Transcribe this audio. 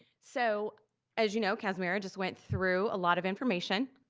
so as you know, kasmira just went through a lot of information.